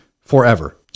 forever